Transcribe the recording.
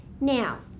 Now